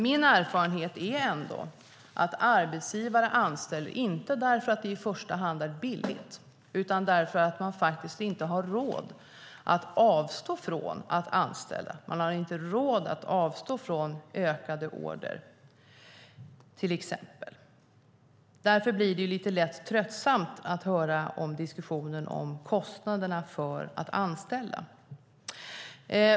Min erfarenhet är att arbetsgivare anställer inte därför att det i första hand är billigt utan därför att de faktiskt inte har råd att avstå från att anställa. De har inte råd att avstå från en ökad orderingång. Därför blir det lite lätt tröttsamt att höra diskussionen om kostnaderna för att anställa.